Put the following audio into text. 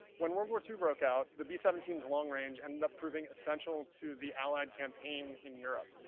when world war two broke out, the b seventeen s long range ended up proving essential to the allied campaign in europe.